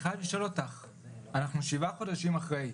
אנחנו שבעה חודשים אחרי,